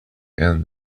and